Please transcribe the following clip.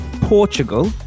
portugal